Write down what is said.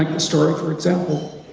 like the story for example,